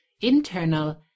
internal